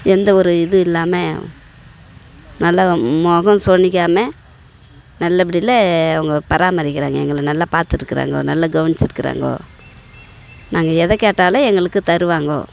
எந்தவொரு இது இல்லாமல் நல்ல முகம் சொளிக்காம நல்லபடியில் அவங்க பராமரிக்கிறாங்க எங்களை நல்லா பார்த்துடுக்கறாங்கோ நல்லா கவனிச்சுருக்குறாங்கோ நாங்கள் எதை கேட்டாலும் எங்களுக்கு தருவாங்க